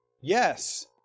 yes